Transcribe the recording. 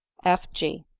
f. g.